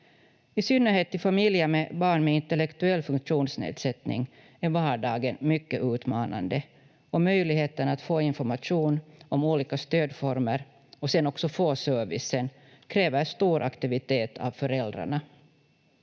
I synnerhet i familjer med barn med intellektuell funktionsnedsättning är vardagen mycket utmanande, och möjligheten att få information om olika stödformer, och sedan också få servicen, kräver stor aktivitet av föräldrarna.